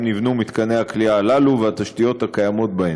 נבנו מתקני הכליאה הללו והתשתיות הקיימות בהם.